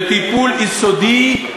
בטיפול יסודי,